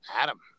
Adam